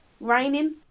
raining